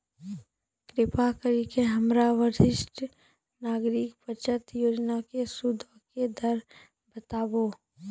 कृपा करि के हमरा वरिष्ठ नागरिक बचत योजना के सूदो के दर बताबो